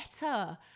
better